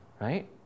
right